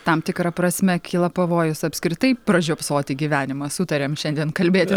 tam tikra prasme kyla pavojus apskritai pražiopsoti gyvenimą sutariam šiandien kalbėti